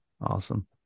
awesome